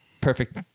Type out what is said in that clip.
perfect